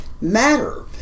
matter